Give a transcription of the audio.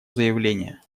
заявление